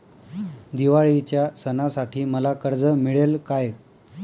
दिवाळीच्या सणासाठी मला कर्ज मिळेल काय?